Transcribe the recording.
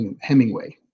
Hemingway